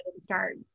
start